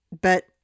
But-